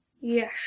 Yes